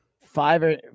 five